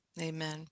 Amen